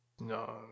no